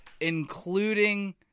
including